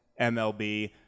MLB